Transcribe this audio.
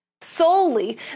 solely